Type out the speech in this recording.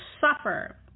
suffer